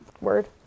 Word